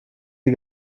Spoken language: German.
die